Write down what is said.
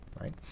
right